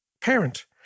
parent